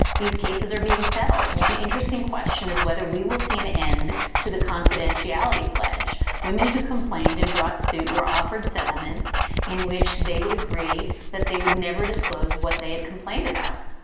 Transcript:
these cases are being settled. one interesting question is whether we will see an end to the confidentiality pledge. women who complained and brought suit were offered settlements in which they would agree that they would never disclose what they had complained about.